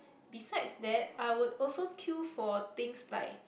besides that I will also queue for things like